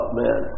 man